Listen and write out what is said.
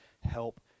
help